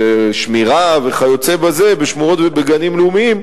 שמירה וכיוצא בזה בשמורות ובגנים לאומיים,